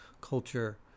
culture